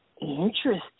Interesting